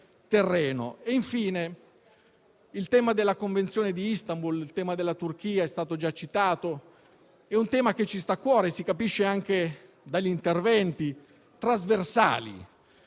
Infine, il tema della Convenzione di Istanbul e della Turchia è stato già citato e ci sta cuore, come si capisce anche dagli interventi trasversali.